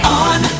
on